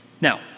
Now